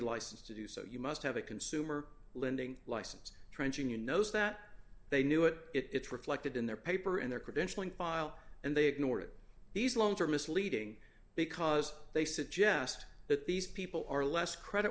licensed to do so you must have a consumer lending license trenching you know so that they knew it it's reflected in their paper in their credentialing file and they ignore it these loans are misleading because they suggest that these people are less credit